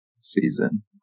season